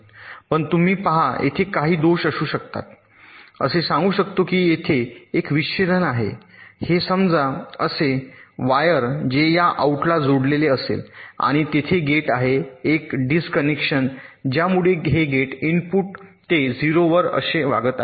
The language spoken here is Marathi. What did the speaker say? पण तुम्ही पहा येथे काही दोष असू शकतात असे सांगू शकते की येथे एक विच्छेदन आहे हे समजा असे वायर जे या आऊटला जोडलेले असेल आणि तेथे गेट आहे येथे डिस्कनेक्शन ज्यामुळे हे गेट इनपुट ते ० वर आहे तसे वागत आहे